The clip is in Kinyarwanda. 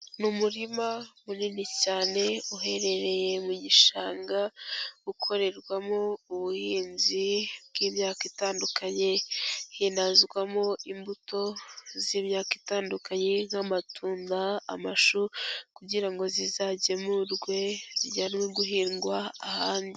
Ni umurima munini cyane uherereye mu gishanga, ukorerwamo ubuhinzi bw'imyaka itandukanye, hinazwamo imbuto z'imyaka itandukanye nk'amatunda, amashu kugira ngo zizagemurwe zijyanwe guhingwa ahandi.